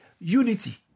unity